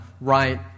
right